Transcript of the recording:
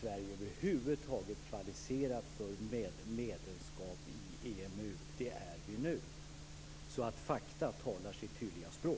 Sverige över huvud taget inte kvalificerat för medlemskap i EMU. Det är vi nu. Faktum talar sitt tydliga språk.